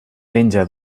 penja